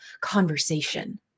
conversation